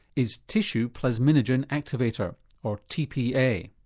is tissue plasminogen activator or tpa.